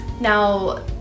Now